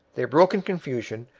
they broke in confusion,